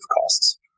costs